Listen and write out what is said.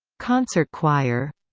concert choir